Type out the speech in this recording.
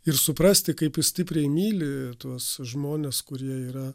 ir suprasti kaip jis stipriai myli tuos žmones kurie yra